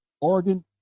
Oregon